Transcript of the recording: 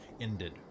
ended